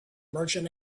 merchant